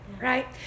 right